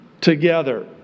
together